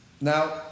now